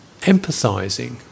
empathizing